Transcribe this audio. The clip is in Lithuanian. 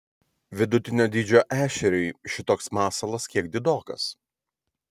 vidutinio dydžio ešeriui šitoks masalas kiek didokas